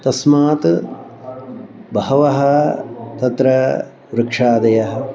तस्मात् बहवः तत्र वृक्षादयः